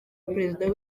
perezida